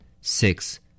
Six